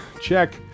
check